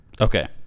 Okay